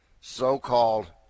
so-called